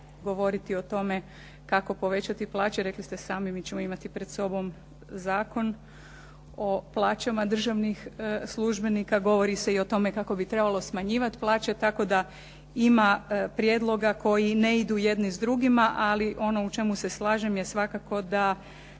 govoriti o tome kako povećati plaće, rekli ste sami mi ćemo imati pred sobom Zakon o plaćama državnih službenika. Govori se i o tome kako bi trebalo smanjivati plaće, tako da ima prijedloga koji ne idu jedni s drugima, ali ono u čemu se slažem je svakako da